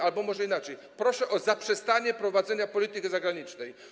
Albo może inaczej: proszę o zaprzestanie prowadzenia polityki zagranicznej.